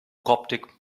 coptic